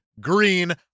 green